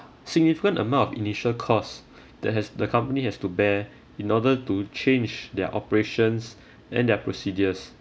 significant amount of initial cost that has the company has to bear in order to change their operations and their procedures